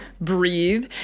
breathe